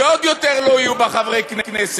שעוד יותר לא יהיו בה חברי כנסת.